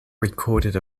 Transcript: recorded